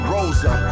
Rosa